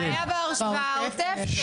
הבעיה בעוטף,